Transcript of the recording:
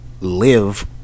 Live